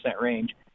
range